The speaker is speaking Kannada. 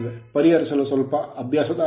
ಪರಿಹರಿಸಲು ಸ್ವಲ್ಪ ಅಭ್ಯಾಸ ಅಗತ್ಯ